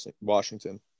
Washington